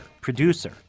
producer